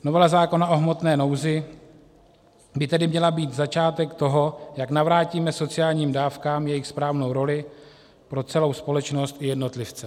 Novela zákona o hmotné nouzi by tedy měla být začátek toho, jak navrátíme sociálním dávkám jejich správnou roli pro celou společnost i jednotlivce.